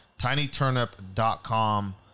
TinyTurnip.com